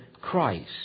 Christ